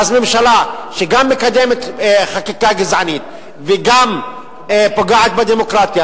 אז ממשלה שגם מקדמת חקיקה גזענית וגם פוגעת בדמוקרטיה